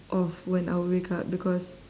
of when I wake up because